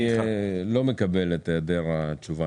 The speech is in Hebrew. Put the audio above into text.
לא מקבל את היעדר התשובה